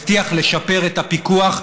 הבטיח לשפר את הפיקוח,